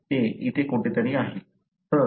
ते इथे कुठेतरी आहे